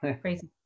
crazy